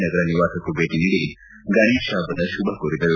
ನಗರ ನಿವಾಸಕ್ಕೂ ಭೇಟಿ ನೀಡಿ ಗಣೇಶಹಬ್ಬದ ಶುಭ ಕೋರಿದರು